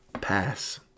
Pass